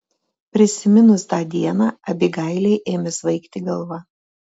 prisiminus tą dieną abigailei ėmė svaigti galva